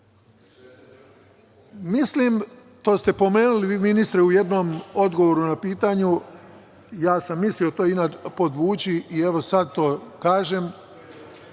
to ste pomenuli vi, ministre, u jednom odgovoru na pitanje, a ja sam mislio to podvući i evo sad to kažem,